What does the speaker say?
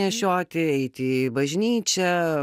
nešioti eiti į bažnyčią